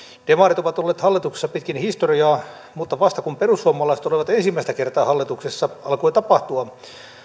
demarit ovat olleet hallituksessa pitkin historiaa mutta vasta kun perussuomalaiset olivat ensimmäistä kertaa hallituksessa alkoi tapahtua sdp